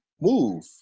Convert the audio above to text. move